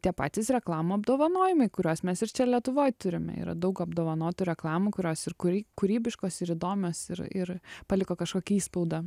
tie patys reklamų apdovanojimai kuriuos mes ir čia lietuvoj turime yra daug apdovanotų reklamų kurios ir kuri kūrybiškos ir įdomios ir ir paliko kažkokį įspaudą